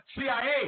CIA